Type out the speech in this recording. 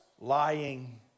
lying